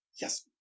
yes